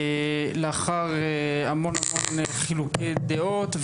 לאחר המון חילוקי דעות,